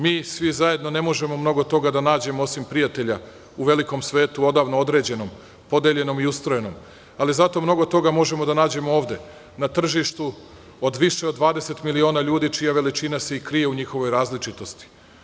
Mi svi zajedno ne možemo mnogo toga da nađemo, osim prijatelja u velikom svetu odavno određenom, podeljenom i ustrojenom, ali zato mnogo toga možemo da nađemo ovde na tržištu od više od 20 miliona ljudi čija veličina se i krije u različitosti.